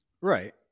Right